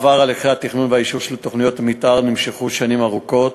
בעבר הליכי התכנון והאישור של תוכניות מתאר נמשכו שנים ארוכות,